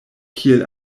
kiel